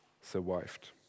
survived